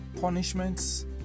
punishments